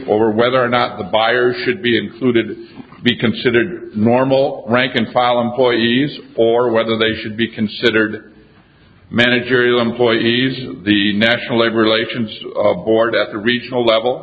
over whether or not the buyer should be included be considered normal rank and file employees or whether they should be considered managerial employees of the national labor relations board at the regional level